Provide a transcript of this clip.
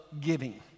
giving